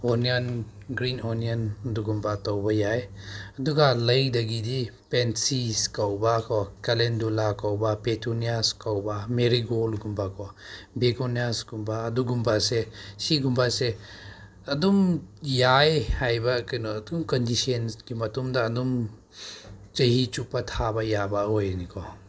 onion green onion ꯑꯗꯨꯒꯨꯝꯕ ꯇꯧꯕ ꯌꯥꯏ ꯑꯗꯨꯒ ꯂꯩꯗꯒꯤꯗꯤ ꯄꯦꯟꯁꯤꯁ ꯀꯧꯕꯀꯣ ꯀꯥꯂꯦꯟꯗꯨꯂꯥ ꯀꯧꯕ ꯄꯦꯇꯨꯅꯤꯌꯥꯁ ꯀꯧꯕ ꯃꯦꯔꯤꯒꯣꯜꯒꯨꯝꯕꯀꯣ ꯕꯦꯒꯣꯅꯥꯁꯒꯨꯝꯕ ꯑꯗꯨꯒꯨꯝꯕꯁꯦ ꯁꯤꯒꯨꯝꯕꯁꯦ ꯑꯗꯨꯝ ꯌꯥꯏ ꯍꯥꯏꯕ ꯀꯩꯅꯣ ꯑꯗꯨꯝ ꯀꯟꯗꯤꯁꯟꯒꯤ ꯃꯇꯨꯡꯗ ꯑꯗꯨꯝ ꯆꯍꯤ ꯆꯨꯞꯄ ꯊꯥꯕ ꯌꯥꯕ ꯑꯣꯏꯔꯅꯤꯀꯣ